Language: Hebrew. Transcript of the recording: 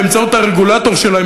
באמצעות הרגולטור שלהם,